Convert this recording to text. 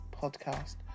podcast